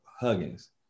Huggins